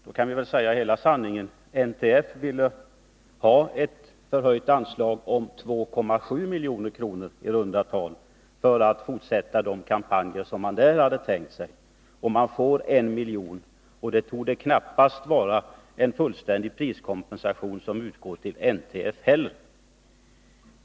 Då kan vi väl säga hela sanningen: NTF ville ha en förhöjning av sitt anslag om 2,7 milj.kr. i runda tal för att kunna fortsätta de kampanjer som man hade tänkt sig. Man får 1 milj.kr., och det torde knappast vara en fullständig priskompensation som utgår till NTF heller.